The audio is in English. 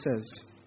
says